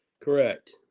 Correct